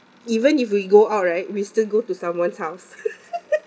even if we go out right we still go to someone's house